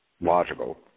logical